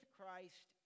Christ